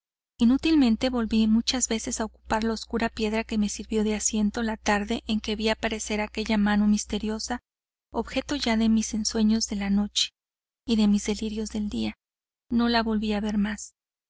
inútilmente volví muchas veces a ocupar la oscura piedra que me sirvió de asiento la tarde en que vi aparecer aquella mano misteriosa objeto ya de mis ensueños de la noche y de mis delirios del día no la volví a ver más